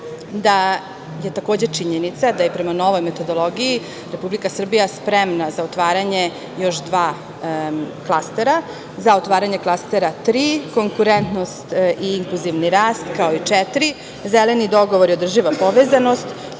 da je takođe činjenica je je prema novoj metodologiji Republika Srbija spremna za otvaranje dva klastera, za otvaranje klastera tri – konkurentnost i inkluzivni rast, kao i četiri – zeleni dogovor i održiva povezanost,